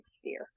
sphere